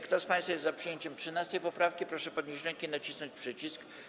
Kto z państwa jest za przyjęciem 13. poprawki, proszę podnieść rękę i nacisnąć przycisk.